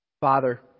Father